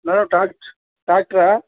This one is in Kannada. ಹಲೋ ಡಾಕ್ಟ್ ಡಾಕ್ಟ್ರ